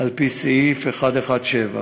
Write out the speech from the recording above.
על-פי סעיף 117